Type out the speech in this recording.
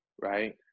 right